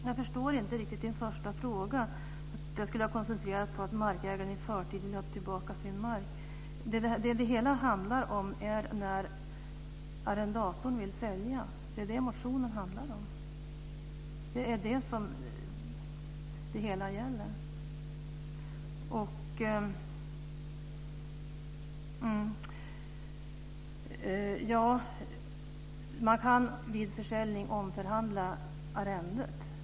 Fru talman! Jag förstår inte riktigt Tanja Linderborgs första fråga, att jag skulle ha koncentrerat mig på att markägaren i förtid vill ha tillbaka sin mark. Det som det handlar om är när arrendatorn vill sälja. Det är det som motionen handlar om. Det är det som det hela gäller. Man kan vid försäljning omförhandla arrendet.